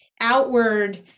outward